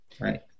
right